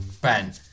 Ben